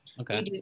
Okay